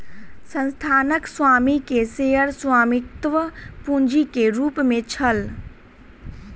संस्थानक स्वामी के शेयर स्वामित्व पूंजी के रूप में छल